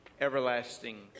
everlasting